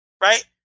Right